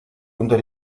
unter